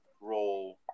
role